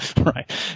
Right